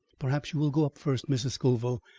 perhaps you will go up first, mrs. scoville.